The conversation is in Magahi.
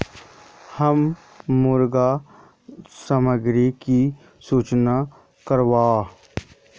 हम मुर्गा सामग्री की सूचना करवार?